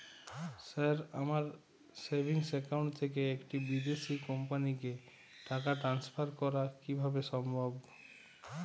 Sir আমার savings account থেকে একটি বিদেশি কোম্পানিকে টাকা ট্রান্সফার করা কীভাবে সম্ভব?